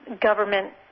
government